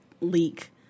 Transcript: Leak